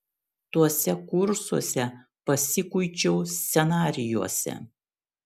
tuose kursuose pasikuičiau scenarijuose